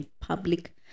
public